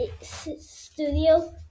studio